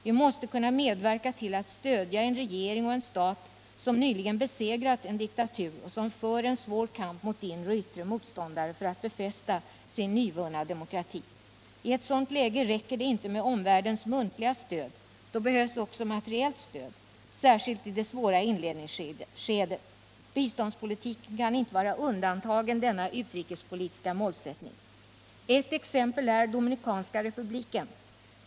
Vi måste kunna medverka till att stödja en regering och en stat som nyligen besegrat en diktatur och som för en svår kamp mot inre och yttre motståndare för att befästa sin nyvunna demokrati. I ett sådant läge räcker det inte med omvärldens muntliga stöd; då behövs också materiellt stöd, särskilt i det svåra inledningsskedet. Biståndspolitiken kan inte vara undantagen denna utrikespolitiska målsättning. Ett exempel är Dominikanska republiken.